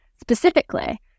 Specifically